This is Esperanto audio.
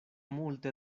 multe